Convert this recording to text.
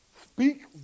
Speak